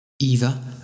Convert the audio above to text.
Eva